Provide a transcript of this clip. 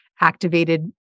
activated